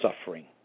suffering